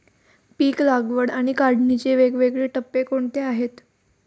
पीक लागवड आणि काढणीचे वेगवेगळे टप्पे कोणते आहेत?